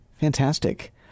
Fantastic